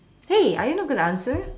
hey are you not going to answer